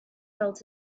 felt